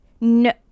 no